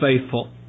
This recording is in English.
faithful